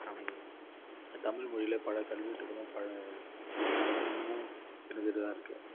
தமிழ் மொழியிலேயே பல கல்வெட்டுகளும் பல சிற்பங்களும் இன்னுமும் இருந்துகிட்டு தான் இருக்கு